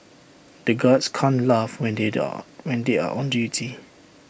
the guards can't laugh when are when they are on duty